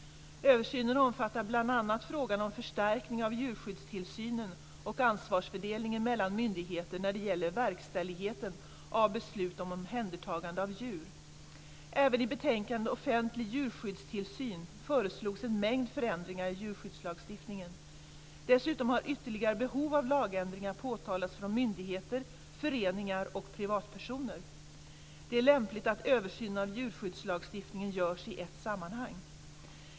Översynen omfattar bl.a. frågan om förstärkning av djurskyddstillsynen och ansvarsfördelningen mellan myndigheter när det gäller verkställigheten av beslut om omhändertagande av djur. 1996:13) föreslogs en mängd förändringar i djurskyddslagstiftningen. Dessutom har ytterligare behov av lagändringar påtalats från myndigheter, föreningar och privatpersoner. Det är lämpligt att översynen av djurskyddslagstiftningen görs i ett sammanhang.